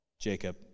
Jacob